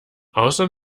außer